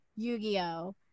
Yu-Gi-Oh